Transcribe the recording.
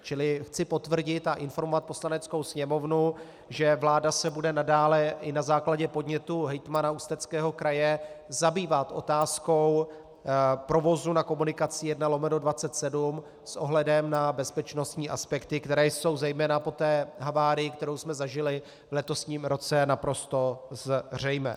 Čili chci potvrdit a informovat Poslaneckou sněmovnu, že vláda se bude nadále i na základě podnětu hejtmana Ústeckého kraje zabývat otázkou provozu na komunikaci 1/27 s ohledem na bezpečnostní aspekty, které jsou zejména po té havárii, kterou jsme zažili v letošním roce, naprosto zřejmé.